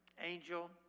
angel